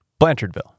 Blanchardville